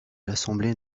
l’assemblée